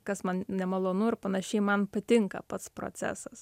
kas man nemalonu ir panašiai man patinka pats procesas